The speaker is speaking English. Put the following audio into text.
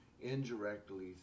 indirectly